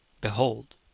Behold